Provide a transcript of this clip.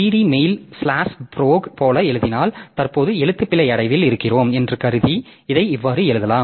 D mail slash ப்ரோக் போல எழுதினால் தற்போது எழுத்துப்பிழை அடைவில் இருக்கிறோம் என்று கருதி இதை இவ்வாறு எழுதலாம்